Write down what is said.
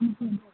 ਠੀਕ ਹੈ